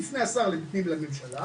יפנה השר לביטחון פנים לממשלה,